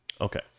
Okay